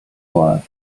were